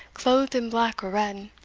clothed in black or red,